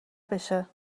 بشه